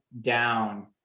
down